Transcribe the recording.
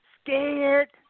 scared